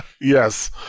yes